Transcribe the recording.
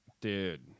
Dude